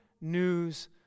news